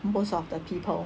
most of the people